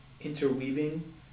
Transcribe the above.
interweaving